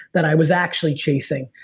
that i was actually chasing,